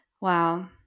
Wow